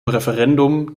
referendum